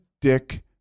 Dick